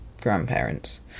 grandparents